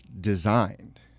designed